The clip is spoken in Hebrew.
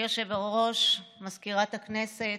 אדוני היושב-ראש, מזכירת הכנסת,